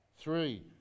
Three